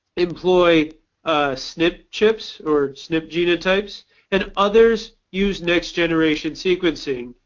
employ snp chips or snp genotypes and others use next-generation sequencing.